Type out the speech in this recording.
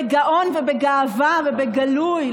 בגאון ובגאווה ובגלוי,